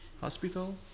hospital